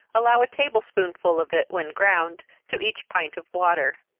allow a table-spoonful of it, when ground, to each pint of water.